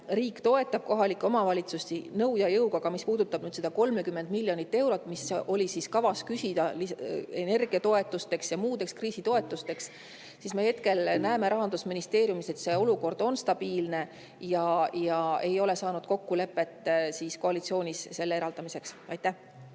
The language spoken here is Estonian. riik toetab kohalikke omavalitsusi nõu ja jõuga. Aga mis puudutab nüüd seda 30 miljonit eurot, mis oli kavas küsida energiatoetusteks ja muudeks kriisitoetusteks, siis me hetkel näeme Rahandusministeeriumis, et olukord on stabiilne. Me ei ole saanud koalitsioonis kokkulepet selle eraldamiseks. Aitäh